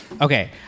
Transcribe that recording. Okay